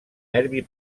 nervi